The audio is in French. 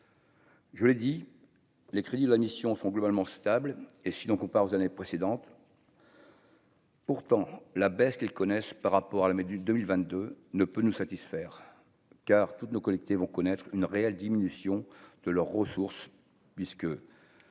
Je l'ai dit, les crédits de la mission sont globalement stables et si donc on part aux années précédentes. Pourtant la baisse qu'ils connaissent par rapport à la année du 2022 ne peut nous satisfaire car toutes nos collectés vont connaître une réelle diminution de leurs ressources, puisque